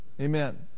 Amen